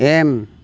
M